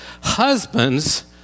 husbands